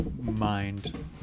mind